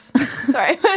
Sorry